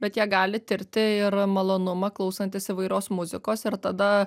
bet jie gali tirti ir malonumą klausantis įvairios muzikos ir tada